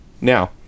now